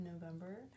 November